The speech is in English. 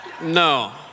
No